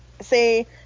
say –